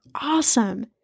Awesome